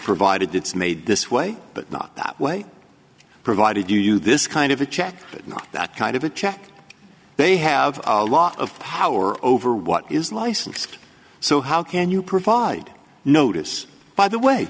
provided it's made this way but not that way provided you this kind of a check but not that kind of a check they have a lot of power over what is licensed so how can you provide notice by the way